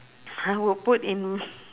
I would put in